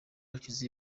hashize